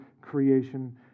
creation